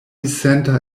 center